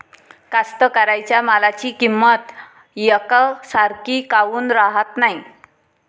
कास्तकाराइच्या मालाची किंमत यकसारखी काऊन राहत नाई?